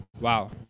Wow